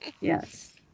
Yes